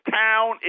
town